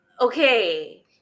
okay